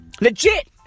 Legit